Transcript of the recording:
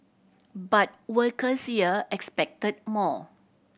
but workers here expected more